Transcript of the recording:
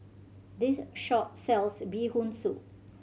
this shop sells Bee Hoon Soup